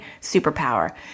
superpower